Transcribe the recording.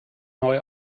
neu